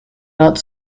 not